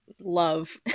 love